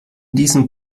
diesem